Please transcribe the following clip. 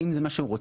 האם זה מה שרוצים?